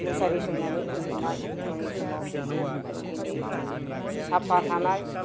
मुसारि सोंनानै उन्दुनाय हरनि समाव आरो दिनै साफा थानाय